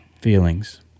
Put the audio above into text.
Feelings